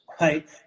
right